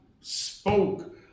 spoke